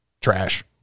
trash